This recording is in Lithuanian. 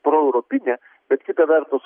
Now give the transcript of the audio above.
pro europinę bet kita vertus